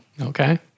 Okay